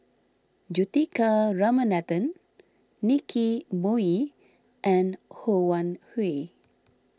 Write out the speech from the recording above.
Juthika Ramanathan Nicky Moey and Ho Wan Hui